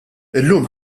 illum